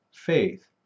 Faith